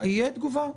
תהיה תגובה.